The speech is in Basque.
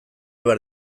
behar